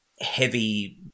heavy